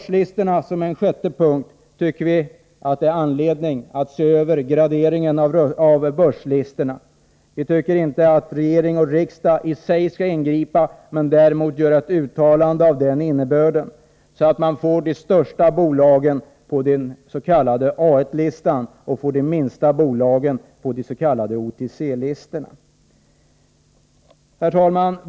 Såsom en sjätte punkt anser vi att det finns skäl att se över graderingen av börslistorna. Vi tycker inte att regering och riksdag i sig skall ingripa men däremot att man skall göra ett uttalande av den innebörden att vi får de stora bolagen på den s.k. Al-listan och de minsta på de s.k. OTC-listorna.